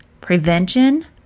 prevention